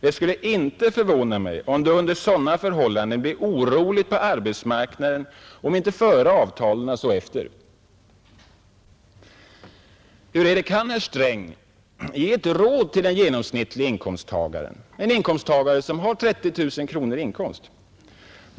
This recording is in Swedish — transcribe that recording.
Det skulle inte förvåna mig om det under sådana förhållanden blev oroligt på arbetsmarknaden, om inte före avtalen så efter. Kan herr Sträng ge ett råd till den genomsnittlige inkomsttagaren — till en person som har 30 000 kronor i inkomst?